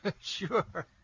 Sure